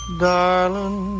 darling